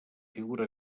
figura